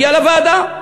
הגיע לוועדה.